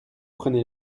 prenez